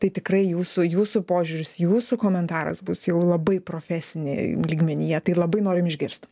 tai tikrai jūsų jūsų požiūris jūsų komentaras bus jau labai profesinėj lygmenyje tai labai norim išgirst